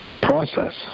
process